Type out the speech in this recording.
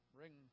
ring